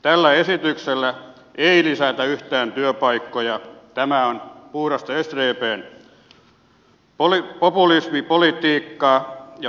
tällä esityksellä ei lisätä yhtään työpaikkoja tämä on puhdasta sdpn populismipolitiikkaa